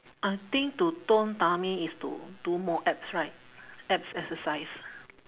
I think to tone tummy is to do more abs right abs exercise